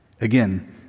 Again